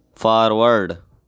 forward